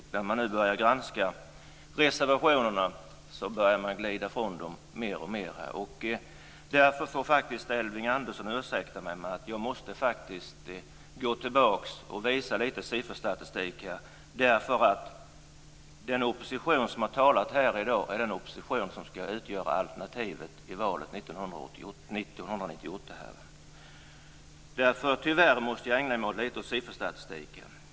Vid en granskning av reservationerna glider man mer och mer ifrån dem. Elving Andersson får ursäkta mig. Jag måste faktiskt gå tillbaka litet grand och visa en del sifferstatistik. Den opposition som har talat här i dag är ju den opposition som skall utgöra regeringsalternativet i valet 1998. Därför måste jag, tyvärr, litet grand ägna mig åt sifferstatistik.